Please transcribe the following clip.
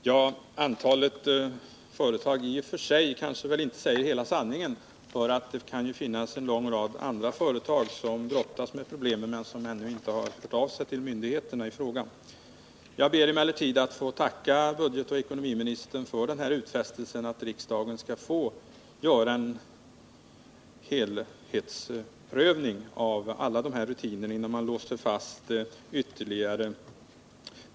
Granbarkborrens härjningar har varit ett svårt problem i norra Värmland under hela 1970-talet. Skadorna på skogen breder nu ut sig alltmer. För att komma till rätta med problemen har röster. o. m. höjts för att kalhugga stora områden. Det är emellertid fullt klart att radikala åtgärder som måste vidtagas förhindras av skatteskäl.